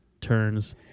turns